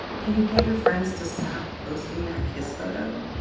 can you get your friends to stop posting that kiss photo?